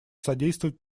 содействовать